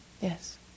Yes